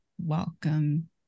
Welcome